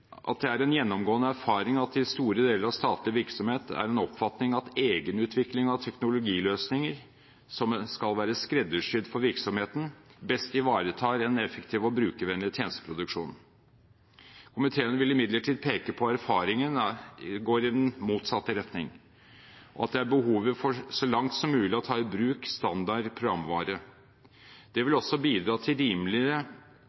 at det er en gjennomgående erfaring at det i store deler av statlig virksomhet er en oppfatning at egenutvikling av teknologiløsninger som skal være skreddersydd for virksomheten, best ivaretar en effektiv og brukervennlig tjenesteproduksjon. Komiteen vil imidlertid peke på at erfaringen går i den motsatte retning, og at det er behov for så langt som mulig å ta i bruk standard programvare. Det vil